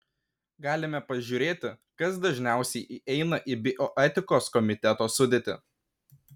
galime pažiūrėti kas dažniausiai įeina į bioetikos komiteto sudėtį